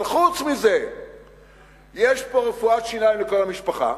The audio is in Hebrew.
אבל חוץ מזה יש פה רפואת שיניים לכל המשפחה,